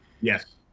Yes